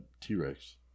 T-Rex